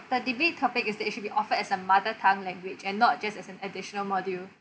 the debate topic is that it should be offered as a mother tongue language and not just as an additional module